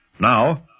Now